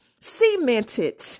cemented